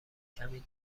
کمی